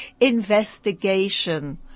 investigation